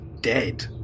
dead